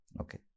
Okay